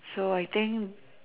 so I think